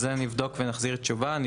אני אבדוק את זה ונחזיר תשובה.